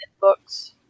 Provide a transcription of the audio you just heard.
books